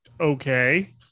okay